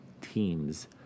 teams